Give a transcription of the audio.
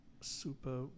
super